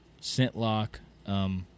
Scentlock